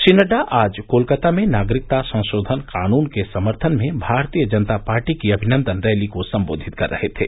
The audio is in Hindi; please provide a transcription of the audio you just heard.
श्री नड़डा आज कोलकाता में नागरिकता संशोधन कानून के समर्थन में भारतीय जनता पार्टी की अभिनन्दन रैली को सम्बोधित कर रहे थे